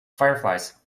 fireflies